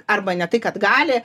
arba ne tai kad gali